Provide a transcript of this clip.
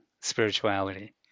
spirituality